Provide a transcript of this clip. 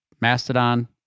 Mastodon